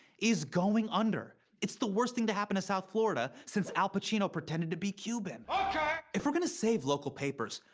is going under. it's the worst thing to happen to south florida since al pacino pretended to be cuban. ah if we're gonna save local papers,